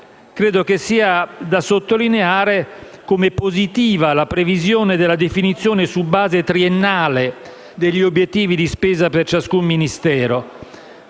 A tal fine, è da sottolineare come positiva la previsione della definizione su base triennale degli obiettivi di spesa per ciascun Ministero;